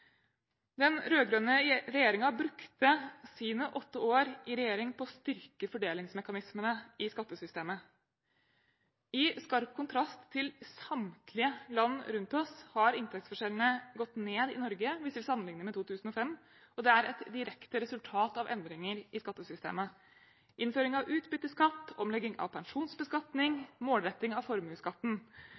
brukte sine åtte år i regjering på å styrke fordelingsmekanismene i skattesystemet. I skarp kontrast til samtlige land rundt oss har inntektsforskjellene gått ned i Norge hvis vi sammenligner med 2005. Det er et direkte resultat av endringer i skattesystemet: innføring av utbytteskatt, omlegging av pensjonsbeskatning og målretting av formuesskatten.